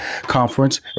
conference